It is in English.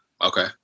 okay